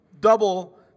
double